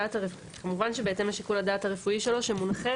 כמובן שבהתאם לשיקול הדעת הרפואי שלו שמונחה